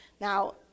Now